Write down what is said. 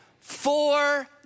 four